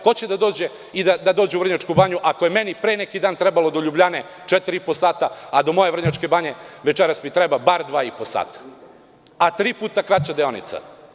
Ko će da dođe u Vrnjačku Banju, ako je meni pre neki dan trebalo do Ljubljane četiri i po sata, a do moje Vrnjačke Banje večeras mi treba bar dva i po sata, a tri puta je kraća deonica?